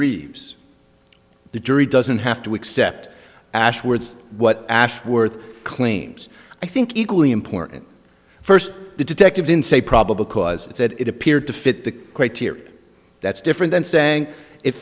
reverse the jury doesn't have to accept ash words what ashworth claims i think equally important first the detectives in say probable cause it said it appeared to fit the criteria that's different than saying it